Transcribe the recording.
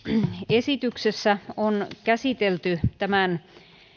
esityksessä on käsitelty tämän